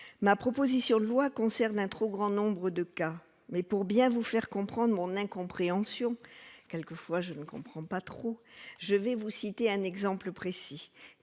ma proposition de loi concerne un trop grand nombre de cas, mais pour bien vous faire comprendre mon incompréhension, quelquefois, je ne comprends pas trop, je vais vous citer un exemple précis,